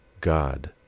God